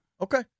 Okay